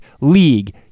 league